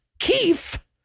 Keefe